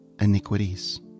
iniquities